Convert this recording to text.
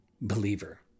believer